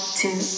two